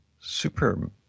super